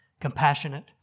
Compassionate